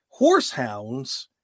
horsehounds